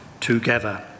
together